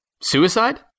Suicide